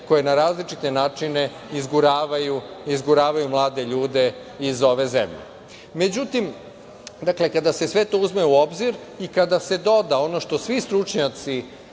koje na različite načine izguravaju mlade ljude iz ove zemlje.Međutim, kada se sve to uzme u obzir i kada se doda ono što svi stručnjaci